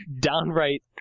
downright